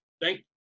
Thank